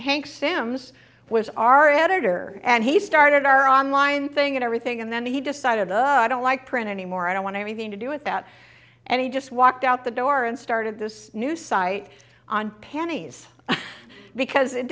hank simms was our editor and he started our on line thing and everything and then he decided i don't like print anymore i don't want anything to do with that and he just walked out the door and started this new site on pennies because it